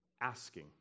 asking